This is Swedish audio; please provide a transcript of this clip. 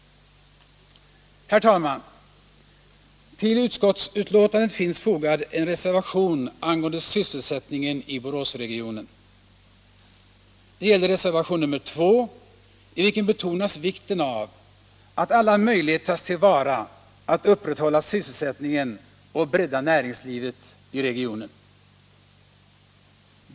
Herr talman! Till utskottsbetänkandet finns fogad en reservation angående sysselsättningen i Boråsregionen. Det gäller reservation 2, i vilken betonas vikten av att alla möjligheter tas till vara att upprätthålla sysselsättningen och bredda näringslivet i regionen.